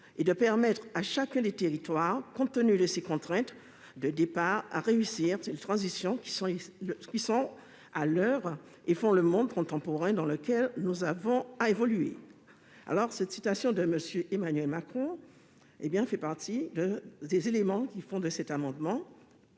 et de permettre à chacun des territoires, compte tenu de ses contraintes de départ, de réussir les transitions qui sont à l'oeuvre et font le monde contemporain dans lequel nous avons à évoluer. » Cette citation d'Emmanuel Macron fait partie des éléments à l'origine de cet amendement.